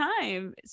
time